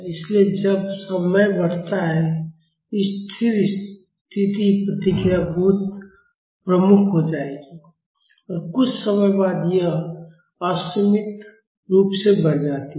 इसलिए जब समय बढ़ता है स्थिर स्थिति प्रतिक्रिया बहुत प्रमुख हो जाएगी और कुछ समय बाद यह असीमित रूप से बढ़ जाती है